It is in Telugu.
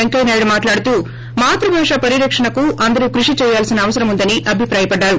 పెంకయ్యనాయుడు మాట్లాడుతూ మాతృభాషా పరిరక్షణకు అందరూ కృషి చేయాల్సిన అవసరముందని అభిప్రాయపడ్డారు